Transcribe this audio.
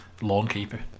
Lawnkeeper